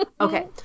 Okay